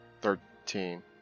Thirteen